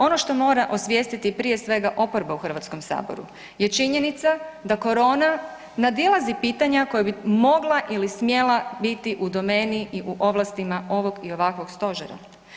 Ono što mora osvijestiti prije svega oporba u HS-u je činjenica da korona nadilazi pitanja koja bi mogla ili smjela biti u domeni i u ovlastima ovog i ovakvog stožera.